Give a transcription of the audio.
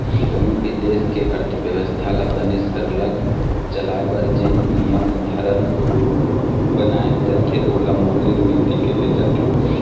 कोनों भी देश के अर्थबेवस्था ल बने सरलग चलाए बर जेन नियम धरम बनाए जाथे ओला मौद्रिक नीति कहे जाथे